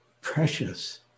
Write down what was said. precious